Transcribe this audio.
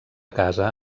casa